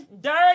dirty